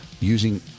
using